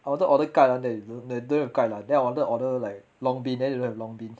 I wanted to order kai lan 的 they they don't have kai lan then I wanted to order like long bean then they don't have long bean